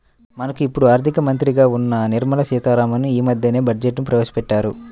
మనకు ఇప్పుడు ఆర్థిక మంత్రిగా ఉన్న నిర్మలా సీతారామన్ యీ మద్దెనే బడ్జెట్ను ప్రవేశపెట్టారు